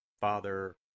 Father